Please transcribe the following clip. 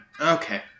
Okay